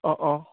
অঁ অঁ